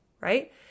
right